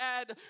add